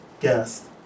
guest